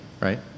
right